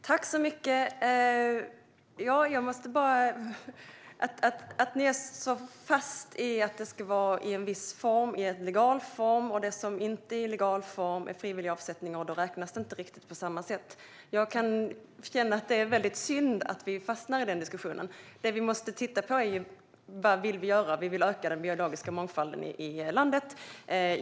Herr talman! Ni är så väldigt fast i att det ska vara i en viss form - i legal form. Det som inte är i legal form är frivillig avsättning, och då räknas det inte riktigt på samma sätt. Jag kan känna att det är väldigt synd att vi fastnar i denna diskussion. Vi måste titta på vad vi vill göra. Vi vill öka den biologiska mångfalden i landet.